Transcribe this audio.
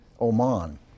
Oman